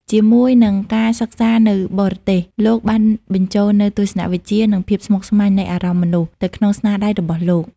ជាមួយនឹងការសិក្សានៅបរទេស លោកបានបញ្ចូលនូវ ទស្សនៈវិជ្ជា និងភាពស្មុគស្មាញនៃអារម្មណ៍មនុស្ស ទៅក្នុងស្នាដៃរបស់លោក។